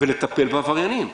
ולטפל בעבריינים.